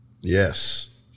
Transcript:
Yes